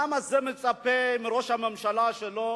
העם זה מצפה מראש הממשלה שלו